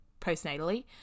postnatally